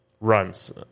runs